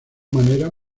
manera